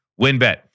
WinBet